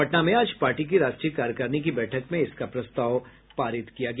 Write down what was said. पटना में आज पार्टी की राष्ट्रीय कार्यकारिणी की बैठक में इसका प्रस्ताव पारित किया गया